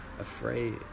afraid